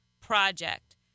Project